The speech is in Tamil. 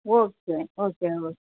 okay okay O